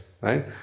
right